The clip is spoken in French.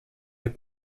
les